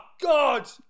God